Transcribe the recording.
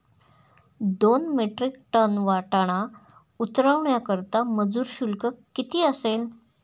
दोन metric ton वाटाणा उतरवण्याकरता मजूर शुल्क किती असेल?